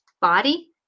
body